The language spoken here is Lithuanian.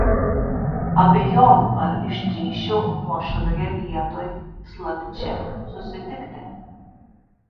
abejoju ar išdrįsčiau nuošalioje vietoj slapčia susitikti